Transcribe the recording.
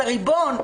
לריבון,